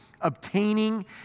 obtaining